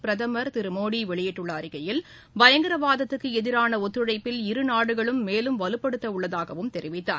பிரதமர் திரு மோடி வெளியிட்டுள்ள அறிக்கையில் பயங்கரவாதத்துக்கு எதிரான ஒத்துழைப்பில் இருநாடுகளும் மேலும் வலுப்படுத்த உள்ளதாகவும் தெரிவித்தார்